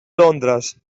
londres